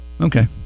Okay